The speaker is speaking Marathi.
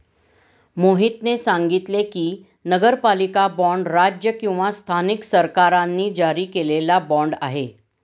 मोहितने सांगितले की, नगरपालिका बाँड राज्य किंवा स्थानिक सरकारांनी जारी केलेला बाँड आहे